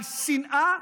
על שנאה,